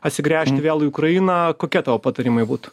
atsigręžti vėl į ukrainą kokie tavo patarimai būtų